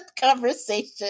conversation